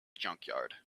junkyard